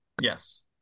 Yes